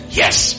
yes